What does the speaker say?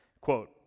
Quote